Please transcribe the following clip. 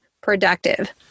productive